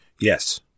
Yes